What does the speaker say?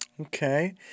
Okay